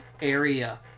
area